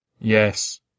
Yes